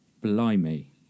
Blimey